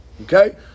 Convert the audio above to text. Okay